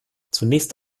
zunächst